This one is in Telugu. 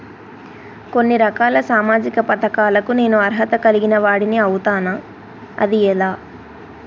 కొన్ని రకాల సామాజిక పథకాలకు నేను అర్హత కలిగిన వాడిని అవుతానా? అది ఎలా?